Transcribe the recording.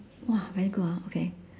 !wah! very good hor okay